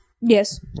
yes